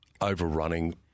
overrunning